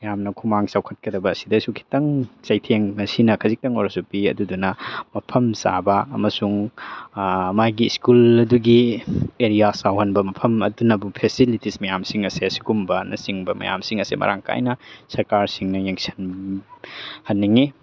ꯌꯥꯝꯅ ꯈꯨꯃꯥꯡ ꯆꯥꯎꯈꯠꯀꯗꯕ ꯑꯁꯤꯗꯁꯨ ꯈꯤꯇꯪ ꯆꯩꯊꯦꯡ ꯑꯁꯤꯅ ꯈꯖꯤꯛꯇꯪ ꯑꯣꯏꯔꯕꯁꯨ ꯄꯤ ꯑꯗꯨꯗꯅ ꯃꯐꯝ ꯆꯥꯕ ꯑꯃꯁꯨꯡ ꯃꯥꯒꯤ ꯁ꯭ꯀꯨꯜ ꯑꯗꯨꯒꯤ ꯑꯦꯔꯤꯌꯥ ꯆꯥꯎꯍꯟꯕ ꯃꯐꯝ ꯑꯗꯨꯅꯕꯨ ꯐꯦꯁꯤꯂꯤꯇꯤꯖ ꯃꯌꯥꯝꯁꯤꯡ ꯑꯁꯦ ꯁꯤꯒꯨꯝꯕꯅ ꯆꯤꯡꯕ ꯃꯌꯥꯝꯁꯤꯡ ꯑꯁꯦ ꯃꯔꯥꯡ ꯀꯥꯏꯅ ꯁꯔꯀꯥꯔꯁꯤꯡꯅ ꯌꯦꯡꯁꯤꯜ ꯍꯟꯅꯤꯡꯏ